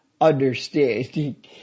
understanding